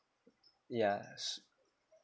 yeah